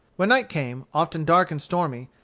when night came, often dark and stormy,